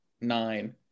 nine